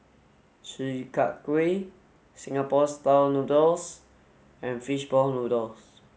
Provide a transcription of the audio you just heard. Chi kak kuih singapore style noodles and fish ball noodles